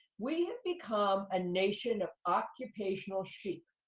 we become a nation of occupational sheep,